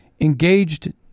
engaged